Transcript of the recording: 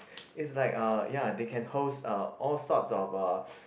it's like uh ya they can host uh all sorts of uh